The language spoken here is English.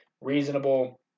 Reasonable